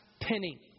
penny